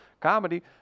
comedy